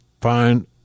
find